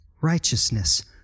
Righteousness